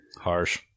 harsh